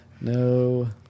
No